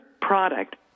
product